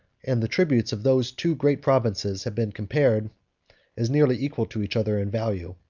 and the tributes of those two great provinces have been compared as nearly equal to each other in value.